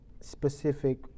specific